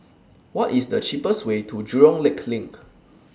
What IS The cheapest Way to Jurong Lake LINK